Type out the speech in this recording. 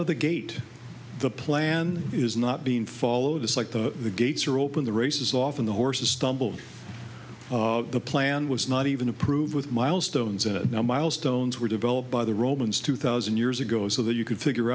of the gate the plan is not being followed it's like the gates are open the race is often the horses stumble the plan was not even approved with milestones and now milestones were developed by the romans two thousand years ago so that you could figure